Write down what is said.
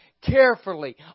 carefully